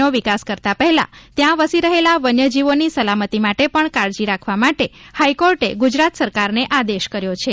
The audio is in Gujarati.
ભવનાથ અને ગિરનાર અભયારણ્યનો વિકાસ કરતા પહેલા ત્યાં વસી રહેલા વન્યજીવોની સલામતી માટે પણ કાળજી રાખવા માટે હાઇ કોર્ટે ગુજરાત સરકારને આદેશ કર્યો છે